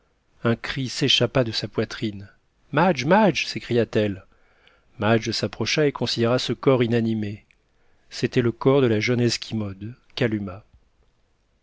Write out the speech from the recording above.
un cri s'échappa de sa poitrine madge madge s'écria-t-elle madge s'approcha et considéra ce corps inanimé c'était le corps de la jeune esquimaude kalumah